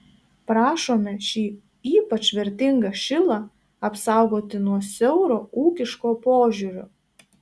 prašome šį ypač vertingą šilą apsaugoti nuo siauro ūkiško požiūrio